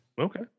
okay